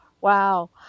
Wow